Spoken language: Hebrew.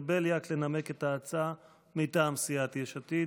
בליאק לנמק את ההצעה מטעם סיעת יש עתיד.